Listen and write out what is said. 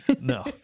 No